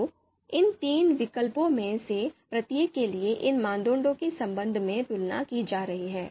तो इन तीन विकल्पों में से प्रत्येक के लिए इन मानदंडों के संबंध में तुलना की जा रही है